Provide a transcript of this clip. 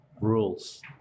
rules